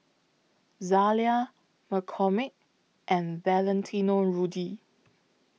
Zalia McCormick and Valentino Rudy